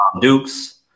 Dukes